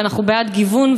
ואנחנו בעד גיוון,